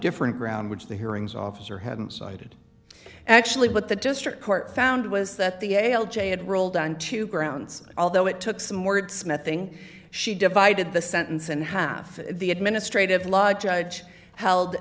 different ground which the hearings officer hadn't cited actually but the district court found was that the ale jay had ruled on two grounds although it took some word smithing she divided the sentence and half the administrative law judge held